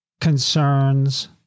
concerns